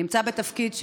נמצא בתפקיד,